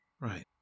Right